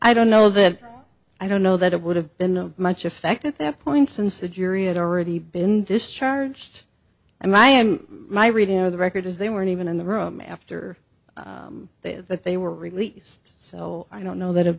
i don't know that i don't know that it would have been of much effect at that point since the jury had already been discharged and i am my reading of the record is they weren't even in the room after that that they were released so i don't know that it